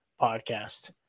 podcast